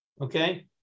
Okay